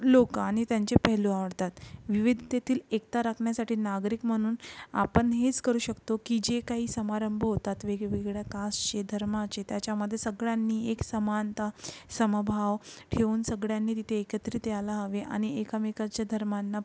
लोक आणि त्यांचे पेहलू आवडतात विविधतेतील एकता राखण्यासाठी नागरिक म्हणून आपण हेच करू शकतो की जे काही समारंभ होतात वेगळ्यावेगळया कासचे धर्माचे त्याच्यामध्ये सगळ्यांनी एक समानता समभाव ठेवून सगळ्यांनी तिथे एकत्रित याला हवे आणि एकामेकाच्या धर्मांना